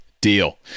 deal